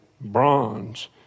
bronze